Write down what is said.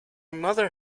mother